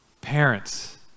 Parents